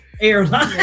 airline